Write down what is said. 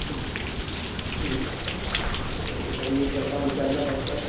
جی جی چلیے تو اُمید کرتا ہوں اِنشاء اللہ وقت پر